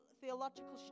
theological